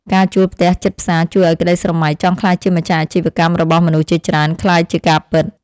ការជួលផ្ទះជិតផ្សារជួយឱ្យក្តីស្រមៃចង់ក្លាយជាម្ចាស់អាជីវកម្មរបស់មនុស្សជាច្រើនក្លាយជាការពិត។